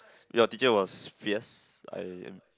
your teacher was fierce I am